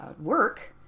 work